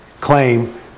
claim